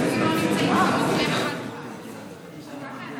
הצעת חוק הנכים (תגמולים ושיקום) ( תיקון,